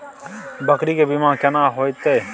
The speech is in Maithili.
बकरी के बीमा केना होइते?